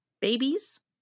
babies